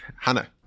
Hannah